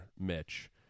Mitch